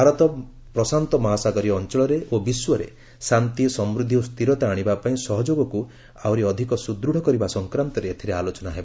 ଭାରତ ପ୍ରଶାନ୍ତ ମହାସାଗରୀୟ ଅଞ୍ଚଳ ଓ ବିଶ୍ୱରେ ଶାନ୍ତି ସମୃଦ୍ଧି ଓ ସ୍ଥିରତା ଆଣିବା ପାଇଁ ସହଯୋଗକୁ ଆହୁରି ଅଧିକ ସୁଦୂଢ଼ କରିବା ସଂକ୍ରାନ୍ତରେ ଏଥିରେ ଆଲୋଚନା ହେବ